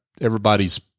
everybody's